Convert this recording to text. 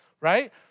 right